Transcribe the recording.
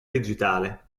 digitale